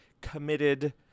committed